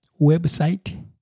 website